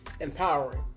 empowering